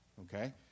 okay